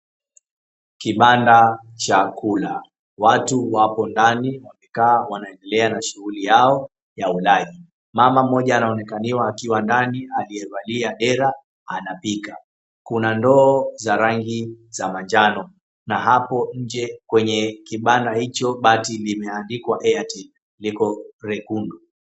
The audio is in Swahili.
Kibanda cha kula. Kuna watu wapo ndani wamekaa wanaendelea na shughuli Yao ya ulaji. Mama mmoja anaonekaniwava akiwa ndani aliyevalia dera anapika, Kuna ndoo za rangi za manjano na hapo inje kwenye kibanda hicho bati limeandikwa A and D liko lekundu.